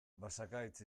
basakaitz